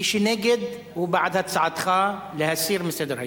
ומי שנגד, הוא בעד הצעתך להסיר מסדר-היום.